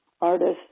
artists